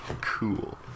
cool